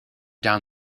down